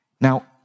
Now